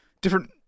different